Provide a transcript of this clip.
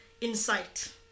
insight